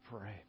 pray